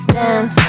dance